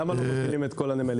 למה לא מפעילים את כל הנמלים?